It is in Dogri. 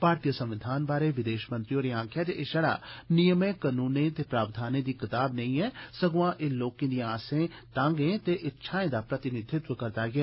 भारतीय संविधान बारै विदेश मंत्री होरें आक्खेया जे एह शड़ा नियर्मे कनूने ते प्रावधानें दी कताब नेई सग्आ एह लोकें दियें आसे तांगे ते इच्छाएं दा प्रतिनिधत्व करदा ऐ